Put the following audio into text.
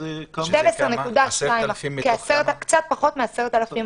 זה 12.2% - קצת פחות מ-10,000.